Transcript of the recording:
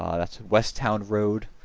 um that's westtown road.